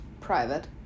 private